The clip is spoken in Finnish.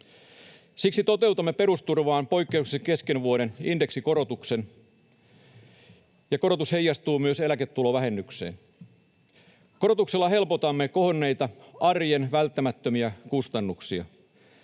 Siksi toteutamme perusturvaan poikkeuksellisesti kesken vuoden indeksikorotuksen. Korotus heijastuu myös eläketulovähennykseen. Korotuksella helpotamme kohonneita arjen välttämättömiä kustannuksia.